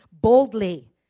boldly